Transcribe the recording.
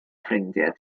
ffrindiau